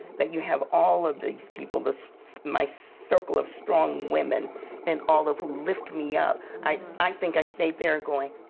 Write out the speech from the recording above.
that you have all of these people, my circle of strong women and all of who lift me up. i i think i stayed there going,